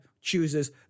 chooses